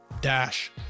dash